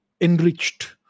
enriched